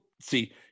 see